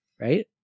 Right